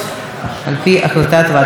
על פי החלטת ועדת הכנסת.